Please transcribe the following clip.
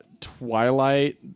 Twilight